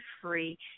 free